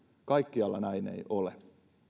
kaikkialla näin ei ole